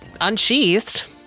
unsheathed